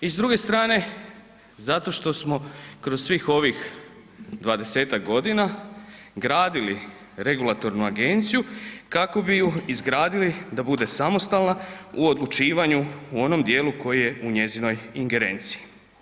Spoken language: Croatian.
I s druge strane, zato što smo kroz svih ovih 20-ak godina gradili regulatornu agenciju kako bi ju izgradili da bude samostalna u odlučivanju u onome djelu koji je u njezinoj ingerenciji.